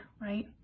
right